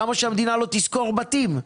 למה שהמדינה לא תשכור בתים?